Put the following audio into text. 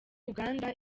uganda